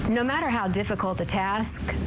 no matter how difficult the task,